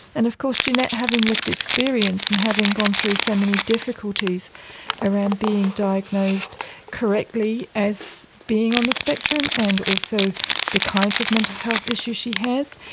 and of course jeanette having lived experience and having gone through so many difficulties around being diagnosed correctly as being on the spectrum, and also the kinds of mental health issues she has,